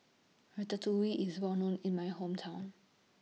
Ratatouille IS Well known in My Hometown